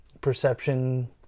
perception